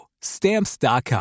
Stamps.com